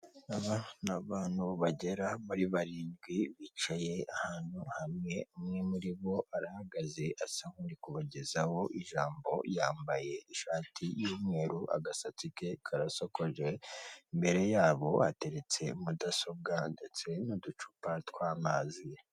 Aba ni abantu bagera muri barindwi bicaye ahantu hamwe umwe muri bo arahagaze asa nkuri kubagezaho ijambo yambaye ishati y'umweru agasatsi ke karasokoje, imbere yabo hateretse mudasobwa ndetse n'uducupa tw'amazi.